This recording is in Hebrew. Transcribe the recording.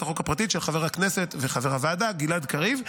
החוק הפרטית של חבר הכנסת וחבר הוועדה גלעד קריב,